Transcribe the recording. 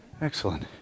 Excellent